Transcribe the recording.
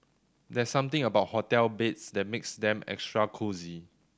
there's something about hotel beds that makes them extra cosy